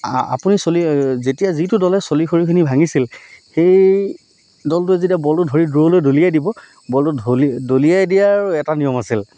আপুনি চলি যেতিয়া যিটো দলে চলি খৰিখিনি ভাঙিছিল সেই দলটো যেতিয়া বলটো ধৰি দূৰলৈ দলিয়াই দিব বলটো দলিয়াই দিয়াৰো এটা নিয়ম আছিল